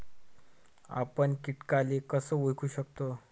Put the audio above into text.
आपन कीटकाले कस ओळखू शकतो?